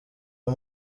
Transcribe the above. uyu